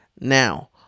Now